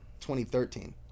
2013